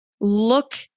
look